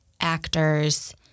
actors